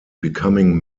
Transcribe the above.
becoming